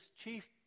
chief